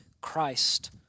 Christ